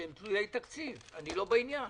שהם תלויי תקציב אני לא בעניין.